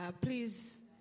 Please